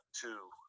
two